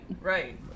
right